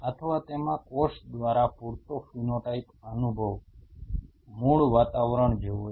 અથવા તેમાં કોષ દ્વારા પૂરતો ફિનોટાઇપ અનુભવ મૂળ વાતાવરણ જેવો છે